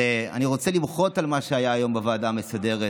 אני רוצה למחות על מה שהיה היום בוועדה המסדרת.